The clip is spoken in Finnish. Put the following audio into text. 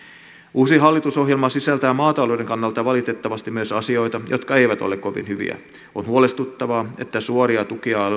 uusi hallitusohjelma sisältää maatalouden kannalta valitettavasti myös asioita jotka eivät ole kovin hyviä on huolestuttavaa että suoria